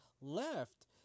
left